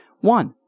one